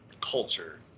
culture